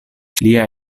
lia